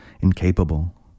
incapable